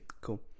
Cool